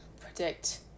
Predict